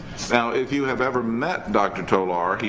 so if you have ever met dr. tolar,